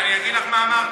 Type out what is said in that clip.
אני אגיד לך מה אמרתי.